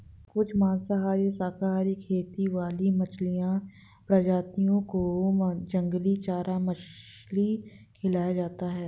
कुछ मांसाहारी और सर्वाहारी खेती वाली मछली प्रजातियों को जंगली चारा मछली खिलाया जाता है